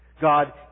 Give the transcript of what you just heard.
God